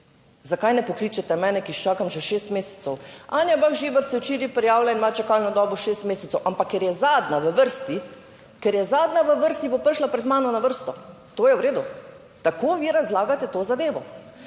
zakaj ne pokličete mene, ki čakam še šest mesecev? Anja Bah Žibert se je včeraj prijavila in ima čakalno dobo šest mesecev, Ampak ker je zadnja v vrsti, ker je zadnja v vrsti bo prišla pred mano na vrsto. To je v redu. Tako vi razlagate to zadevo.